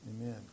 amen